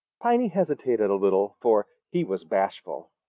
piney hesitated a little, for he was bashful.